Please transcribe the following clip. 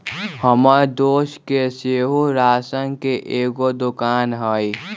हमर दोस के सेहो राशन के एगो दोकान हइ